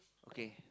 okay